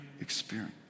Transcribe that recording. experience